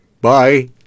bye